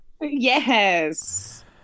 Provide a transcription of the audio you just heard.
yes